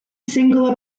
single